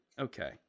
Okay